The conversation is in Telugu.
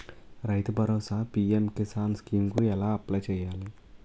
రైతు భరోసా పీ.ఎం కిసాన్ స్కీం కు ఎలా అప్లయ్ చేయాలి?